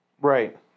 Right